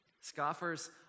Scoffers